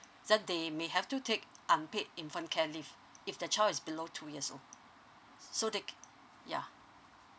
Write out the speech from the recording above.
then they may have to have unpaid infant care leave if the child is below two years so they ya